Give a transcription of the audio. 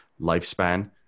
lifespan